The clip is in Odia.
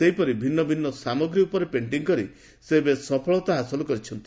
ସେହିପରି ଭିନ୍ନ ଭିନ୍ ସାମଗ୍ରୀ ଉପରେ ପେଣ୍ଟିଂ କରି ବେଶ୍ ସଫଳତା ହାସଲ କରିଛନ୍ତି